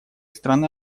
страны